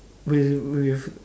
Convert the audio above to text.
with with